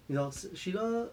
你懂 sh~ sheila